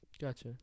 Gotcha